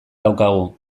daukagu